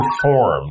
perform